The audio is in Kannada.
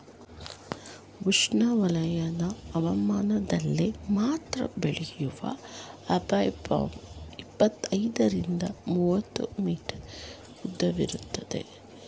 ಉಷ್ಣವಲಯದ ಹವಾಮಾನದಲ್ಲಿ ಮಾತ್ರ ಬೆಳೆಯುವ ಅಕೈ ಪಾಮ್ ಇಪ್ಪತ್ತೈದರಿಂದ ಮೂವತ್ತು ಮೀಟರ್ ಉದ್ದವಿರ್ತದೆ